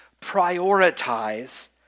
prioritize